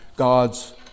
God's